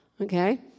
Okay